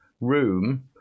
room